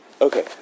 Okay